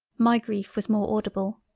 my greif was more audible.